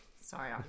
sorry